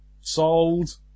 Sold